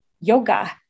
yoga